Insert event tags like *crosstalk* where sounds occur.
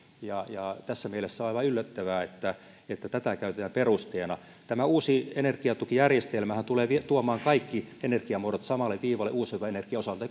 ja ja tässä mielessä on aivan yllättävää että että tätä käytetään perusteena tämä uusi energiatukijärjestelmähän tulee tuomaan kaikki energiamuodot samalle viivalle uusiutuvan energian osalta *unintelligible*